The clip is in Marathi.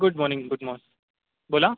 गुड मॉर्निंग गुड मॉर्निंग बोला